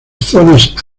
zonas